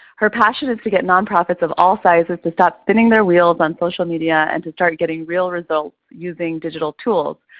her passion is to get nonprofits of all sizes to stop spinning their wheels on social media and to start getting real results using digital tools.